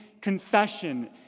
confession